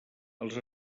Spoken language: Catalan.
els